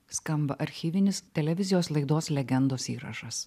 skamba archyvinis televizijos laidos legendos įrašas